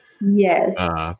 Yes